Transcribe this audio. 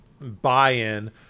buy-in